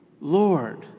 Lord